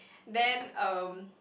then um